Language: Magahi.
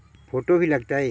फोटो भी लग तै?